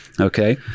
Okay